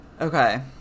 okay